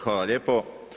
Hvala lijepo.